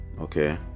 okay